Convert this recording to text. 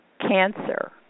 Cancer